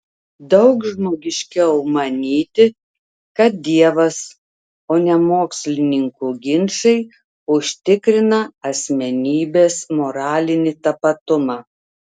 daug žmogiškiau manyti kad dievas o ne mokslininkų ginčai užtikrina asmenybės moralinį tapatumą